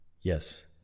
Yes